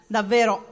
Davvero